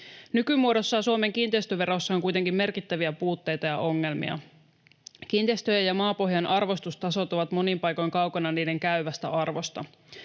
Nykymuodossaan Suomen kiinteistöverossa on kuitenkin merkittäviä puutteita ja ongelmia. Kiinteistöjen ja maapohjan arvostustasot ovat monin paikoin kaukana niiden käyvästä arvosta.